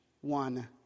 one